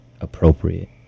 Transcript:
appropriate